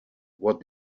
what